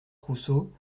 rousseau